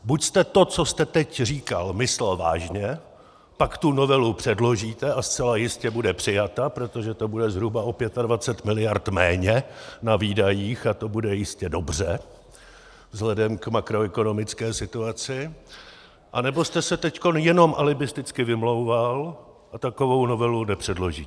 Buď jste to, co jste teď říkal, myslel vážně, pak novelu předložíte a zcela jistě bude přijata, protože to bude zhruba o 25 mld. méně na výdajích, a to bude jistě dobře vzhledem k makroekonomické situaci, anebo jste se teď jenom alibisticky vymlouval a takovou novelu nepředložíte.